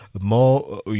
more